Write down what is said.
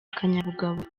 akanyabugabo